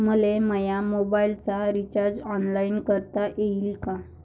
मले माया मोबाईलचा रिचार्ज ऑनलाईन करता येईन का?